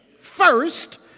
first